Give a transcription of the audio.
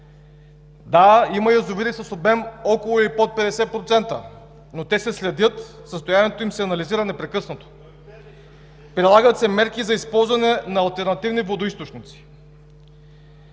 Да, има язовири с обем около и под 50%, но те се следят, състоянието им се анализира непрекъснато. Прилагат се мерки за използване на алтернативни водоизточници.